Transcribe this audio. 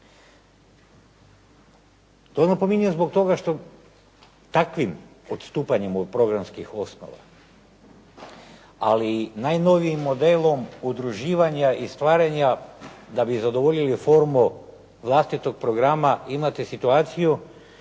To napominjem zbog toga što takvim odstupanjem od programskih osnova, ali najnovijim modelom udruživanja i stvaranja da bi zadovoljili formu vlastitog programa imate situaciju